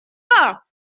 pas